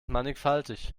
mannigfaltig